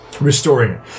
restoring